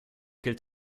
gilt